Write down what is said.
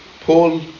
Paul